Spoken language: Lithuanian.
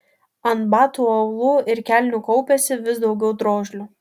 ant batų aulų ir kelnių kaupėsi vis daugiau drožlių